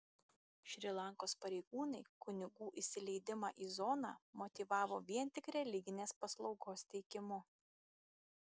šri lankos pareigūnai kunigų įsileidimą į zoną motyvavo vien tik religinės paslaugos teikimu